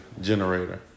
generator